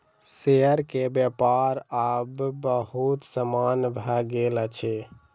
share के व्यापार आब बहुत सामान्य भ गेल अछि